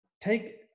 take